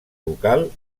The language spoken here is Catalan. local